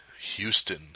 Houston